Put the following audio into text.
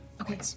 okay